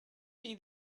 see